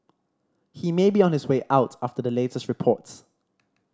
he may be on his way out after the latest reports